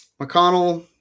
McConnell